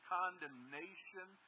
condemnation